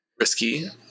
risky